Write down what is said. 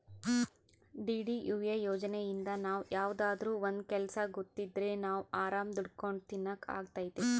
DDUA ಯೋಜನೆಇಂದ ನಾವ್ ಯಾವ್ದಾದ್ರೂ ಒಂದ್ ಕೆಲ್ಸ ಗೊತ್ತಿದ್ರೆ ನಾವ್ ಆರಾಮ್ ದುಡ್ಕೊಂಡು ತಿನಕ್ ಅಗ್ತೈತಿ